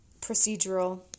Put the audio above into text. procedural